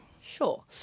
sure